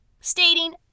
Stating